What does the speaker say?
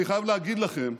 אני חייב להגיד לכם,